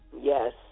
Yes